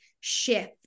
shift